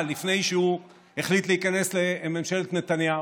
לפני שהוא החליט להיכנס לממשלת נתניהו,